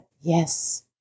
yes